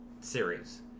series